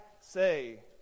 say